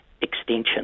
extension